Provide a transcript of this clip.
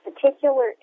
particular